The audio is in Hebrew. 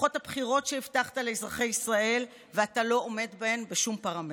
הבטחות הבחירות שהבטחת לאזרחי ישראל ואתה לא עומד בהן בשום פרמטר.